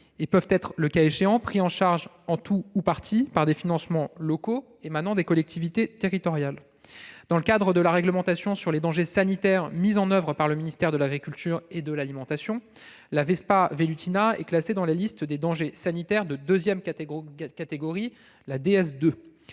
et peut être, le cas échéant, pris en charge en tout ou partie par des financements locaux émanant de collectivités territoriales. Dans le cadre de la réglementation sur les dangers sanitaires mise en oeuvre par le ministère de l'agriculture et de l'alimentation, la est classée dans la liste des dangers sanitaires de deuxième catégorie, ou DS2.